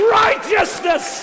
righteousness